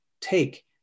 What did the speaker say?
take